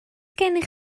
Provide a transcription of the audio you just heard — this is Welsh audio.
gennych